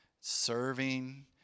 serving